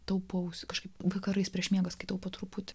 taupaus kažkaip vakarais prieš miegą skaitau po truputį